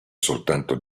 soltanto